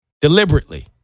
deliberately